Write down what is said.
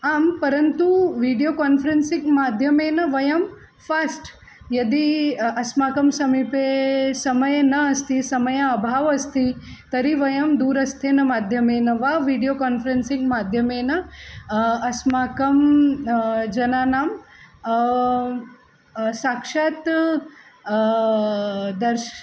आं परन्तु video conferencing माध्यमेन वयं फ़ास्ट् यदि अस्माकं समीपे समये न अस्ति समयस्य अभावः अस्ति तर्हि वयं दूरस्थेन माध्यमेन वा वीडियो कान्फ़्रेन्सिङ्ग् माध्यमेन अस्माकं जनानां साक्षात् दर्शय